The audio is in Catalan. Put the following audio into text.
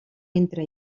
entre